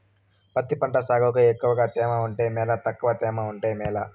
పత్తి పంట సాగుకు ఎక్కువగా తేమ ఉంటే మేలా తక్కువ తేమ ఉంటే మేలా?